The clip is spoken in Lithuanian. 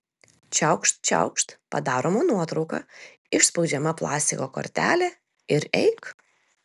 čiaukšt čiaukšt padaroma nuotrauka išspaudžiama plastiko kortelė ir eik